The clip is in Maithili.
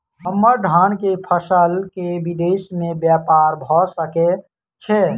हम्मर धान केँ फसल केँ विदेश मे ब्यपार भऽ सकै छै?